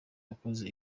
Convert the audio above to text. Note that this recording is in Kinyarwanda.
wakoze